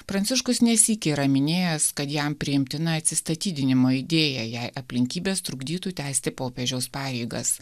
pranciškus nesykį yra minėjęs kad jam priimtina atsistatydinimo idėja jei aplinkybės trukdytų tęsti popiežiaus pareigas